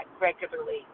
regularly